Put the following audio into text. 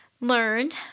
learned